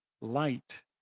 light